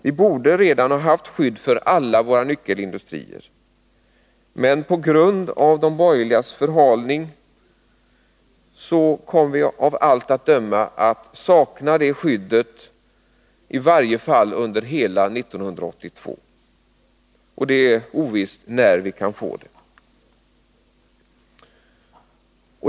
Vi borde redan ha haft skydd för alla våra nyckelindustrier, men på grund av de borgerligas förhalning kommer vi av allt att döma att sakna detta skydd i varje fall under Nr 32 hela 1982, och det är ovisst när vi kan få det.